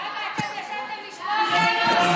למה, אתם באתם לשמוע אותנו?